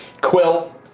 Quill